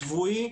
שבועי,